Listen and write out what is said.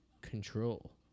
control